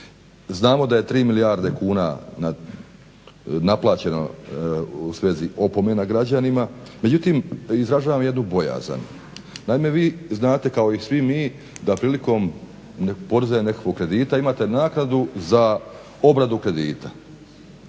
Znamo da je tri milijarde kuna naplaćeno u svezi opomena građanima, međutim izražavam jednu bojazan. Naime, vi znate kao i svi mi da prilikom poreza i nekakvog kredita imate naknadu za obradu kredita.